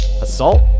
assault